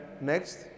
next